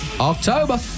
October